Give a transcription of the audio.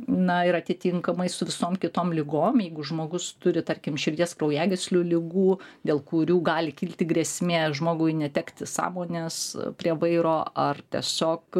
na ir atitinkamai su visom kitom ligom jeigu žmogus turi tarkim širdies kraujagyslių ligų dėl kurių gali kilti grėsmė žmogui netekti sąmonės prie vairo ar tiesiog